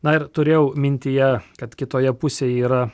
na ir turėjau mintyje kad kitoje pusėje yra